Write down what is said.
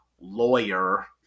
lawyer